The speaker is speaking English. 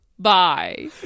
Bye